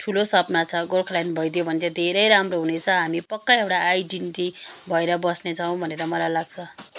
ठुलो सपना छ गोर्खाल्यान्ड भइदियो भने चाहिँ धेरै राम्रो हुनेछ हामी पक्का एउरा आइडेन्टिटी भएर बस्नेछौँ भनेर मलाई लाग्छ